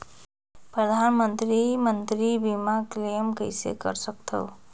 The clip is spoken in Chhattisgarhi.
परधानमंतरी मंतरी बीमा क्लेम कइसे कर सकथव?